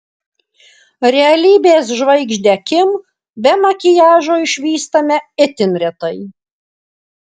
realybės žvaigždę kim be makiažo išvystame itin retai